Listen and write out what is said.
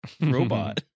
robot